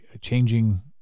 changing